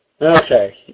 Okay